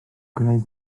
gwneud